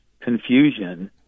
confusion